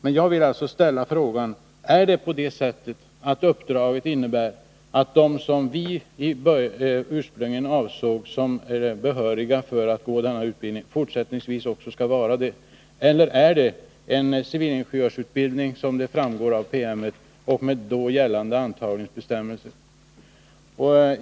Men jag vill ställa en fråga: Är det på det sättet att uppdraget innebär att de som vi ursprungligen avsåg skulle vara behöriga att få denna utbildning fortsättningsvis också skall vara behöriga? Eller är det fråga om en civilingenjörsutbildning, så som det framgår av promemorian och de gällande antagningsbestämmelserna?